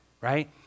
Right